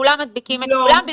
כולם מדביקים את כולם,